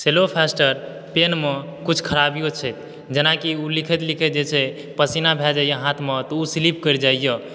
सेलो फेस्टर पेनमे कुछ खराबिओ छै जेनाकि ओ लिखैत लिखैत जे छै से पसीना भए जाइए हाथमऽ तऽ ओ स्लिप करि जाइए